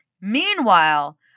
Meanwhile